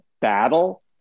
battle